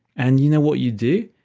and you know what you do?